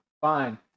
Fine